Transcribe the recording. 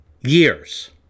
years